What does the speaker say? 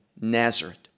Nazareth